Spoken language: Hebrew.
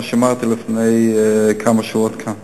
כמו שאמרתי לפני כמה שבועות כאן,